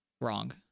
wrong